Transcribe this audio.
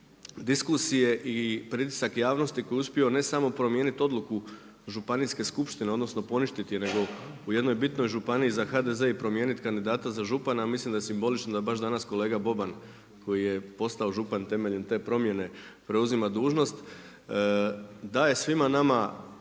diskusije i pritisak javnosti koji je uspio ne samo promijeniti odluku županijske skupštine, odnosno poništiti, nego u jednoj bitnoj županiji za HDZ i promijeniti kandidata za župana, mislim da je simbolično da baš danas kolega Boban koji je postao župan temeljem te promijene preuzima dužnost daje svima nama